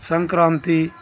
Sankranti